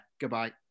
Goodbye